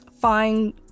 find